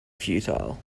futile